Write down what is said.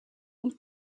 und